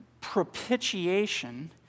propitiation